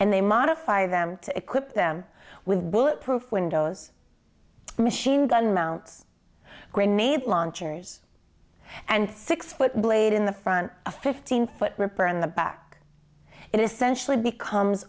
and they modify them to equip them with bullet proof windows machine gun mounts grenade launchers and six foot blade in the front a fifteen foot ripper in the back it